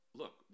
look